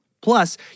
Plus